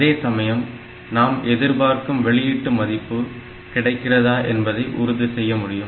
அதேசமயம் நாம் எதிர்பார்க்கும் வெளியீட்டு மதிப்பு கிடைக்கிறதா என்பதை உறுதி செய்ய முடியும்